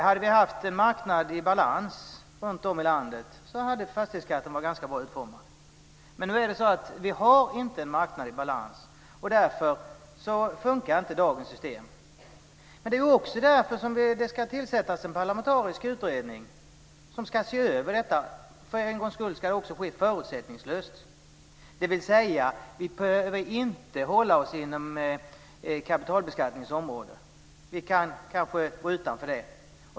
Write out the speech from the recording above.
Hade vi haft en marknad i balans i hela landet hade fastighetsskatten varit ganska bra utformad. Men nu är det så att marknaden inte är i balans, och därför funkar inte dagens system. Det är också därför det ska tillsättas en parlamentarisk utredning som ska se över detta. För en gångs skull ska det ske förutsättningslöst, dvs. att vi inte behöver hålla oss inom kapitalbeskattningens område. Vi kan gå utanför det.